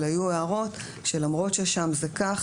אבל היו הערות שלמרות ששם זה כך,